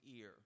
ear